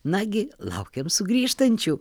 nagi laukiam sugrįžtančių